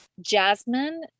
Jasmine